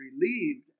relieved